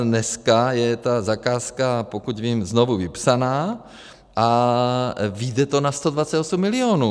Dneska je ta zakázka, pokud vím, znovu vypsaná a vyjde to na 128 milionů.